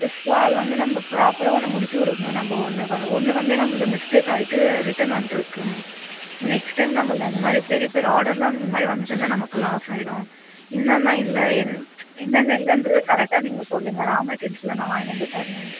so அது வந்து நம்ம ப்ராப்பராக ஒன்று முடித்துக் கொடுக்கணும் நம்ம ஒன்று வ ஒன்று வந்து நம்மளது மிஸ்டேக் ஆகிட்டு ரிட்டன் வந்துட்ருக்கு நெக்ஸ்ட் டைம் நம்மளது அந்த மாதிரி பெரிய பெரிய ஆடரெலாம் இந்த மாதிரி வந்துட்டு இருந்தால் நமக்கு லாஸ்ஸாகிடும் என்னென்ன இல்லை என் என்னென்ன இல்லைன்றது கரெக்டாக நீங்கள் சொல்லுங்கள் ரா மெட்டீரியல்ஸ்ஸெலாம் நான் வாங்கிட்டு வந்து தரேன்